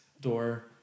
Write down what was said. door